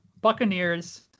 buccaneers